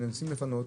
מנסים לפנות,